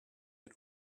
had